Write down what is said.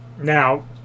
Now